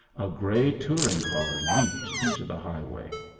a gray touring-car leaped into the highway.